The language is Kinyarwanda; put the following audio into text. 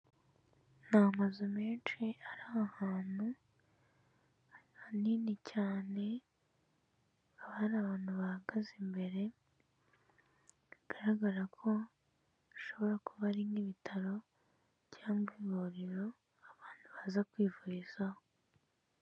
Ni amazu menshi ari ahantu hanini cyane hakaba bari abantu bahagaze imbere, bigaragara ko hashobora kuba ari nk'ibitaro cyangwa ivuriro abantu baza kwivurizaho.